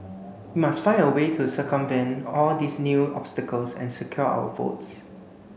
we must find a way to circumvent all these new obstacles and secure our votes